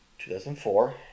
2004